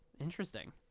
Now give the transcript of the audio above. interesting